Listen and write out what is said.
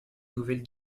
nouvelle